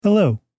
Hello